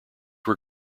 were